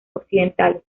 occidentales